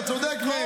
אתה צודק.